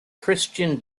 christian